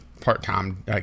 part-time